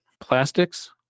Plastics